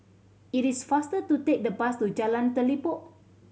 it is faster to take the bus to Jalan Telipok